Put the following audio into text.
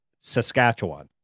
Saskatchewan